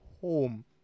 home